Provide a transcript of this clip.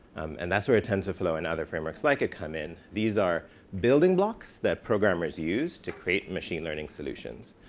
and that's where tensorflow and other frameworks like it come in. these are building blocks that programmers use to create machine learning solutions.